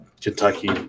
Kentucky